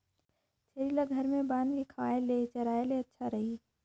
छेरी ल घर म बांध के खवाय ले चराय ले अच्छा रही?